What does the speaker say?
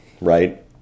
right